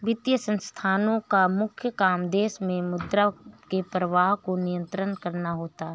वित्तीय संस्थानोँ का मुख्य काम देश मे मुद्रा के प्रवाह को नियंत्रित करना होता है